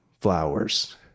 flowers